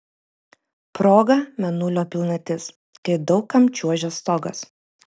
proga mėnulio pilnatis kai daug kam čiuožia stogas